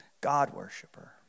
God-worshipper